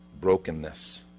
brokenness